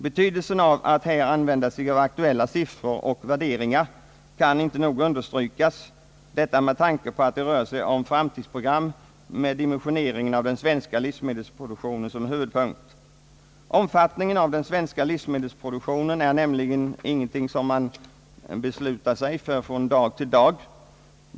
Betydelsen av att här använda aktuella siffror och värderingar kan inte nog understrykas, detta med tanke på att det rör sig om framtidsprogram för dimensioneringen av den svenska livsmedelsproduktionen. Omfattningen av den svenska livsmedelsproduktionen är ingenting som man beslutar sig för från dag till dag.